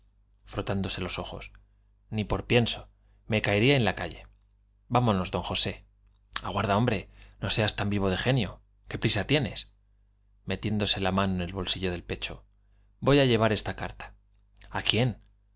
frotándose los ojos ni por pienso me caería en la calle vámonos d josé aguarda hombre no seas tan vivo de genio qué prisa tienes metiéndose la el bolsillo del mano en pecho voy á llevar esta carta a quién